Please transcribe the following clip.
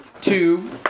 two